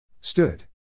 Stood